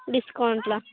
డిస్కౌంట్లో